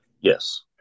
Yes